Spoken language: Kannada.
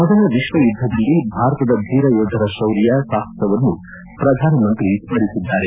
ಮೊದಲ ವಿಕ್ವ ಯುದ್ಧದಲ್ಲಿ ಭಾರತದ ಧೀರ ಯೋಧರ ಶೌರ್ಯ ಸಾಹಸವನ್ನು ಪ್ರಧಾನಮಂತ್ರಿ ಸ್ಟರಿಸಿದ್ದಾರೆ